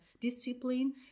discipline